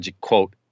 quote